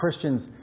Christians